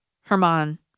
Herman